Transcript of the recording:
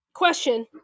Question